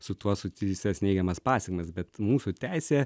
su tuo susijusias neigiamas pasekmes bet mūsų teisė